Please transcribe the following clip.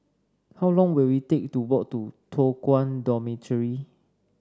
how long will it take to walk to Toh Guan Dormitory